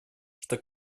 что